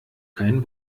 kein